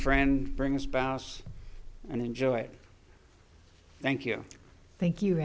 friend bring a spouse and enjoy it thank you thank you